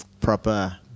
proper